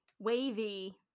Wavy